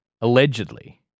allegedly